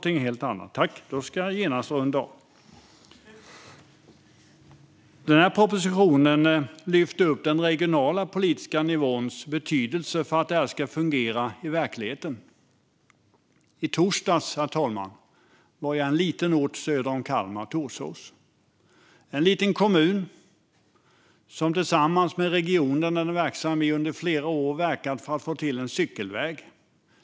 I torsdags var jag i Torsås, en liten ort söder om Kalmar. Det är en liten kommun som tillsammans med den region som kommunen är verksam i under flera år har verkat för att få till en cykelväg.